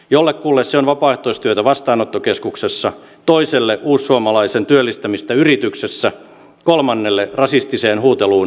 jollekulle se on vapaaehtoistyötä vastaanottokeskuksessa toiselle uussuomalaisen työllistämistä yrityksessä kolmannelle rasistiseen huuteluun puuttumista kadulla